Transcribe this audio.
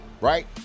right